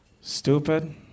Stupid